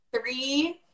three